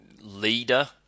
leader